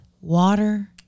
water